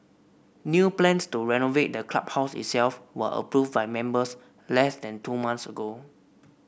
new plans to renovate the clubhouse itself were approved by members less than two months ago